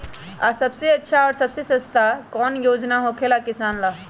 आ सबसे अच्छा और सबसे सस्ता कौन योजना होखेला किसान ला?